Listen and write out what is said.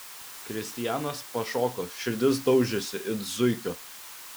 kristijanas pašoko širdis daužėsi it zuikio